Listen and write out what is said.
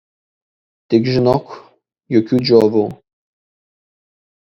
tik žinok jokių džiovų